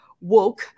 woke